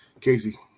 Casey